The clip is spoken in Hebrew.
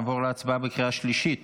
נעבור להצבעה בקריאה שלישית